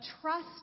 trust